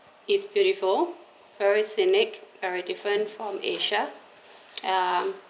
it's beautiful very scenic very different from asia ya